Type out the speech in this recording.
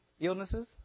illnesses